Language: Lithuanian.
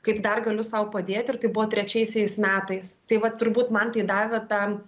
kaip dar galiu sau padėti ir tai buvo trečiaisiais metais tai vat turbūt man tai davė tą